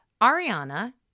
Ariana